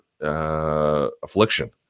affliction